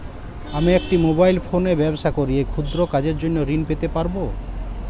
আমি একটি মোবাইল ফোনে ব্যবসা করি এই ক্ষুদ্র কাজের জন্য ঋণ পেতে পারব?